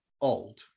old